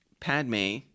Padme